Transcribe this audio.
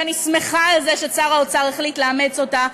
ואני שמחה ששר האוצר החליט לאמץ אותה,